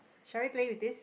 shall we play with this